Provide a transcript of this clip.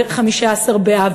וחמישה-עשר באב?